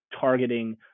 targeting